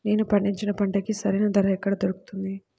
నేను పండించిన పంటకి సరైన ధర ఎక్కడ దొరుకుతుంది?